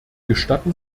gestatten